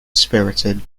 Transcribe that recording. spirited